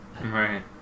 Right